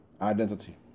Identity